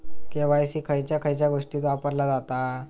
KYC खयच्या खयच्या गोष्टीत वापरला जाता?